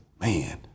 man